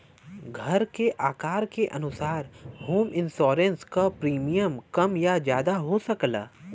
घर के आकार के अनुसार होम इंश्योरेंस क प्रीमियम कम या जादा हो सकला